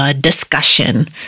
Discussion